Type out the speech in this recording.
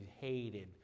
hated